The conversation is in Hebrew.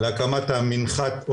להקמת המנחת,